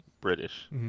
british